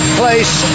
place